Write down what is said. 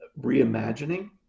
reimagining